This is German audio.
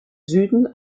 süden